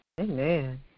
Amen